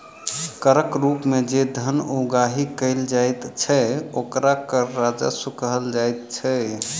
करक रूप मे जे धन उगाही कयल जाइत छै, ओकरा कर राजस्व कहल जाइत छै